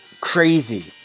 crazy